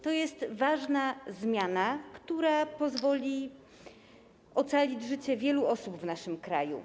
To jest ważna zmiana, która pozwoli ocalić życie wielu osób w naszym kraju.